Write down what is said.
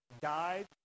died